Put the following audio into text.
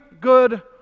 good